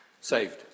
Saved